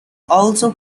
also